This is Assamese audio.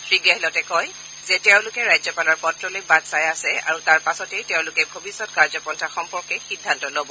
শ্ৰীগেহলটে কয় যে তেওঁলোকে ৰাজ্যপালৰ পত্ৰলৈ বাট চাই আছে আৰু তাৰ পাছতে তেওঁলোকে ভৱিষ্যত কাৰ্যপন্থা সম্পৰ্কে সিদ্ধান্ত লব